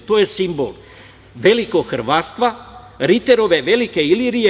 To je simbol velikohrvatstva, Riterove velike Ilirije.